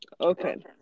Okay